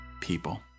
people